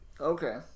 Okay